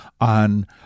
on